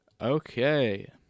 Okay